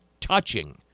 touching